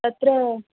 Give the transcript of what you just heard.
तत्र